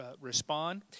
respond